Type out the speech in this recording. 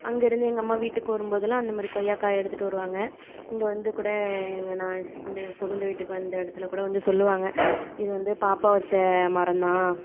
அங்கே இருந்து எங்கள் அம்மா வீட்டுக்கு வரும்போதெல்லாம் அந்த மாதிரி கொய்யாக்கா எடுத்துகிட்டு வருவாங்க இங்கே வந்து கூட இங்கே நான் வந்து புகுந்த வீட்டுக்கு வந்த இடத்துல கூட வந்து சொல்வாங்க இது வந்து பாப்பா வைச்ச மரம் தான்